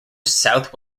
south